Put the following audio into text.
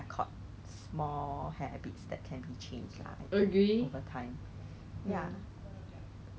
oh um 没有没有他有打电话给我姐姐叫那个人 like pass to 那个 person in charge